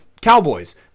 Cowboys